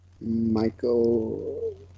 Michael